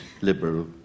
liberal